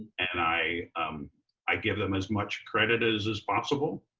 and i i give them as much credit as is possible.